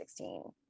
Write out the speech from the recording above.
2016